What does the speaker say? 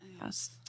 Yes